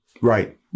Right